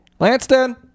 Lanston